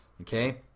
okay